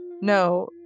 no